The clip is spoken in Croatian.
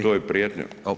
To je prijetnja.